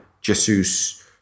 Jesus